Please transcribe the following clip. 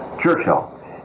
Churchill